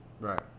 right